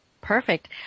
perfect